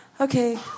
okay